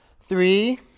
Three